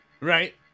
right